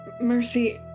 Mercy